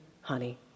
honey